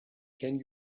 can